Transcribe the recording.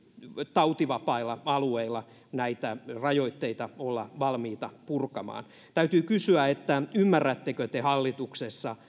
tautivapailla alueilla näitä rajoitteita olla valmiita purkamaan täytyy kysyä että ymmärrättekö te hallituksessa